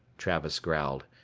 travis growled.